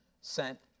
sent